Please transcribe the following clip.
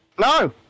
No